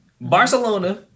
Barcelona